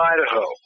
Idaho